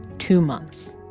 two months.